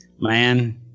man –